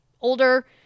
older